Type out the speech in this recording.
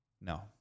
No